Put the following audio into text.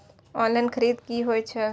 Online खरीद की होए छै?